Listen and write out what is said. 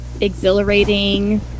exhilarating